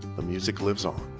the music lives on.